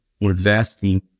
investing